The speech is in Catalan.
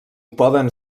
poden